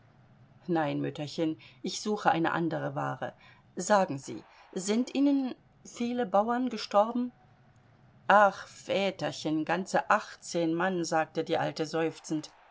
nein mütterchen ich suche eine andere ware sagen sie sind ihnen viele bauern gestorben ach väterchen ganze achtzehn mann sagte die alte seufzend